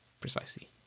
precisely